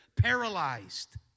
paralyzed